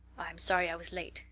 i'm sorry i was late,